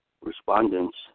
respondents